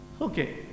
Okay